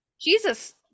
Jesus